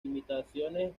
imitaciones